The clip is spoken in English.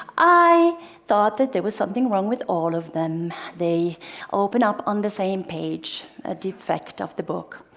i thought that there was something wrong with all of them they opened up on the same page a defect of the book.